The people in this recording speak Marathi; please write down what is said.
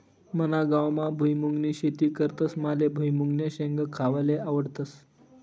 मना गावमा भुईमुंगनी शेती करतस माले भुईमुंगन्या शेंगा खावाले आवडस